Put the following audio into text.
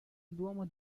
duomo